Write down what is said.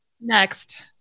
Next